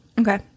Okay